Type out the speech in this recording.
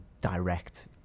direct